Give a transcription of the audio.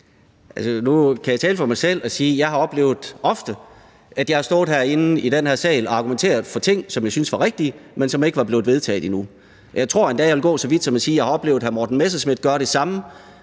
Nu kan jeg tale for mig selv og sige, at jeg ofte har oplevet, at jeg har stået i den her sal og argumenteret for ting, som jeg syntes var rigtige, men som ikke var blevet vedtaget endnu. Jeg tror endda, jeg vil gå så vidt som til at sige, at jeg har oplevet hr. Morten Messerschmidt gøre det samme,